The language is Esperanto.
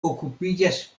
okupiĝas